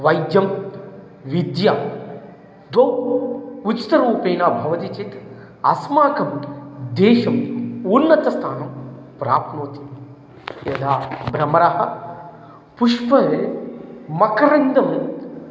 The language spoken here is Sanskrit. वैद्यं विद्या द्वौ उचितरूपेण भवति चेत् अस्माकं देशम् उन्नतस्थानं प्राप्नोति यथा भ्रमरः पुष्पे मकरन्दम्